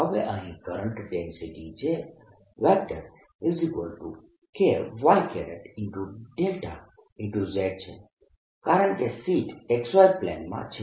હવે અહીં current density JK y છે કારણકે શીટ XY પ્લેન માં છે